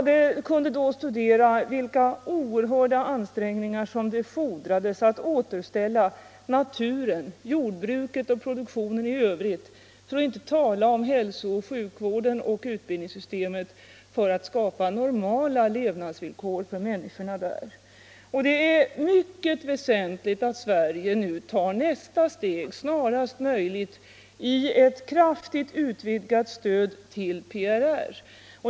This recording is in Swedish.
Då kunde jag studera vilka oerhörda ansträngningar som fordrades för att återställa naturen, jordbruket och produktionen i övrigt, för att inte tala om hälso och sjukvården samt utbildningssystemet för att skapa normala levnadsvillkor för människorna där. Det är mycket väsentligt att Sverige tar nästa steg snarast möjligt i ett hastigt utvidgat stöd till PRR.